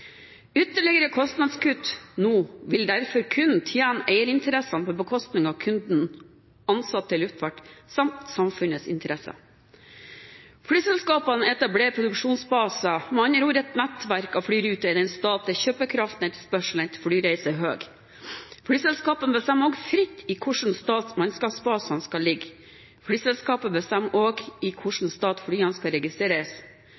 kostnadskutt nå vil derfor kun tjene eierinteresser på bekostning av kunden, ansatte i luftfarten samt samfunnets interesser. Flyselskapene etablerer produksjonsbaser – med andre ord et nettverk av flyruter i den stat der kjøpekraften og etterspørselen etter flyreiser er høy. Flyselskapene bestemmer også fritt i hvilken stat mannskapsbasene skal ligge. Flyselskapet bestemmer også i hvilken stat flyene skal registreres.